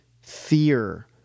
fear